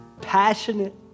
passionate